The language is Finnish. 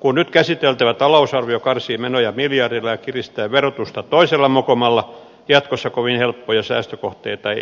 kun nyt käsiteltävä talousarvio karsii menoja miljardilla ja kiristää verotusta toisella mokomalla jatkossa kovin helppoja säästökohteita